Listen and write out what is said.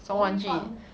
我会放